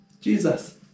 Jesus